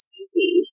easy